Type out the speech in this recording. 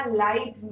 light